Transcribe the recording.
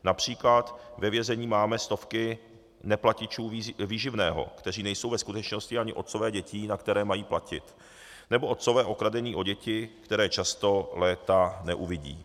Například ve vězení máme stovky neplatičů výživného, kteří nejsou ve skutečnosti ani otcové dětí, na které mají platit, nebo otcové okradení o děti, které často léta neuvidí.